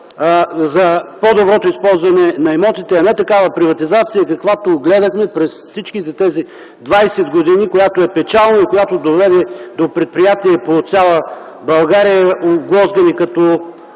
за по-доброто използване на имотите, а не такава приватизация, каквато гледахме през всичките тези 20 години, която е печална и която доведе до предприятия по цяла България, оглозгани като